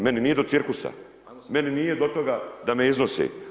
Meni nije do cirkusa, meni nije do toga da me iznose.